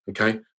Okay